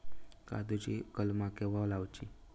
काजुची कलमा केव्हा लावची?